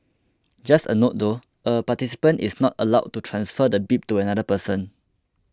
just a note though a participant is not allowed to transfer the bib to another person